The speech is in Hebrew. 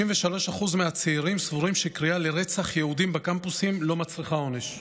53% מהצעירים סבורים שקריאה לרצח יהודים בקמפוסים לא מצריכה עונש,